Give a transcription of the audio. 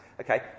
okay